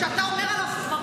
שאתה אומר עליו,